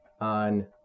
on